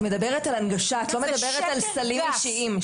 את מדברת על הנגשה, את לא מדברת על סלים אישיים.